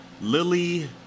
Lily